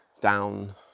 down